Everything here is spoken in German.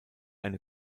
eine